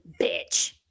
bitch